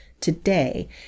today